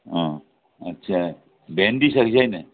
अँ अच्छा भेन्डी छ कि छैन